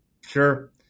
sure